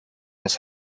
his